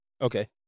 Okay